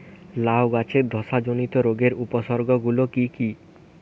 লাউ গাছের ধসা জনিত রোগের উপসর্গ গুলো কি কি?